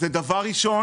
וגם